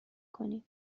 کنی